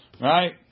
Right